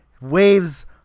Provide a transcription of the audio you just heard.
Waves